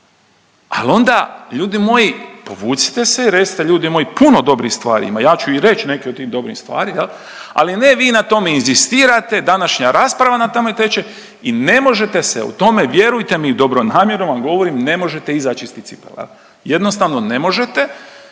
Al onda ljudi moji povucite se i recite ljudi moji puno dobrih stvari ima, ja ću i reć neke od tih dobrih stvari. Ali ne vi na tome inzistirate, današnja rasprava na tome teče i ne možete se u tome vjerujte mi, dobronamjerno vam govorim ne možete izać iz tih cipela. Jednostavno ne možete